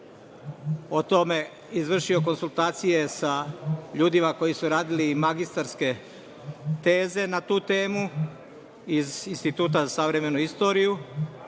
o tome izvršio konsultacije sa ljudima koji su radili magistarske teze na tu temu iz Instituta za savremenu istoriju